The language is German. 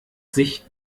sich